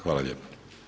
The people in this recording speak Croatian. Hvala lijepa.